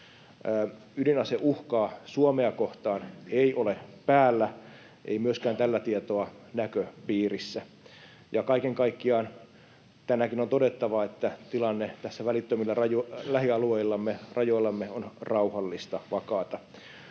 Ydinaseuhkaa Suomea kohtaan ei ole päällä, ei myöskään tällä tietoa näköpiirissä. Kaiken kaikkiaan tänäänkin on todettava, että tilanne tässä välittömillä lähialueillamme ja rajoillamme on rauhallinen ja vakaa,